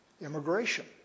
Immigration